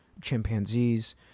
chimpanzees